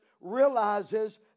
realizes